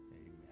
Amen